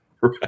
Right